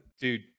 Dude